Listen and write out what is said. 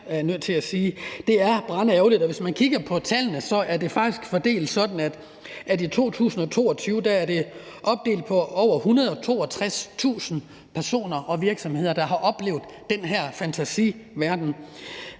Det er brandærgerligt. Og hvis man kigger på tallene, er det faktisk fordelt sådan, at i 2022 er det over 162.000 personer og virksomheder, der har oplevet den her fantasiverden.